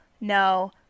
No